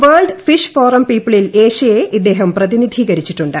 world Fish Forum പീപ്പിളിൽ ഏഷ്യയെ ഇദ്ദേഹം പ്രതിനിധീകരിച്ചിട്ടുണ്ട്